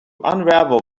unravel